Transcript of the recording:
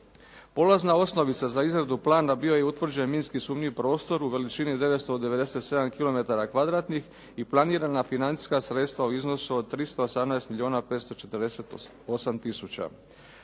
Polazna osnovica za izradu plana bio je i utvrđen minski sumnjiv prostor u veličini 997 kilometara kvadratnih i planirana financijska sredstva u iznosu od 318 milijuna 548 tisuća.